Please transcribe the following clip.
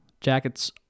Jackets